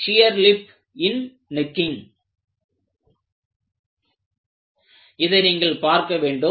shear lip in necking இதை நீங்கள் பார்க்க வேண்டும்